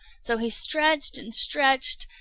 so he stretched and stretched,